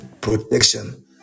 protection